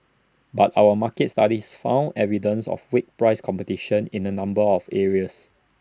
but our market studies found evidence of weak price competition in A number of areas